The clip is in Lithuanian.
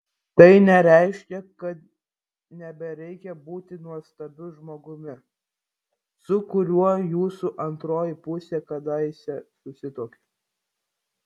tai nereiškia kad nebereikia būti nuostabiu žmogumi su kuriuo jūsų antroji pusė kadaise susituokė